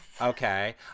Okay